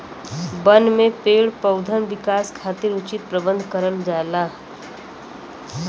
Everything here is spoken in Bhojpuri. बन में पेड़ पउधन विकास खातिर उचित प्रबंध करल जाला